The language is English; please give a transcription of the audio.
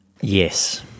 Yes